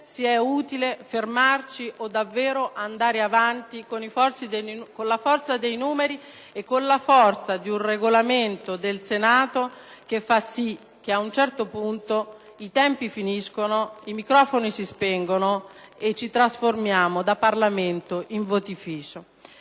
se è utile fermare o davvero andare avanti con la forza dei numeri e con la forza di un Regolamento del Senato che fa sì che ad un certo momento i tempi si esauriscono, i microfoni si spengono e ci trasformiamo da Parlamento in votificio.